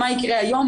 מה יקרה היום,